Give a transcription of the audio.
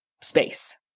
space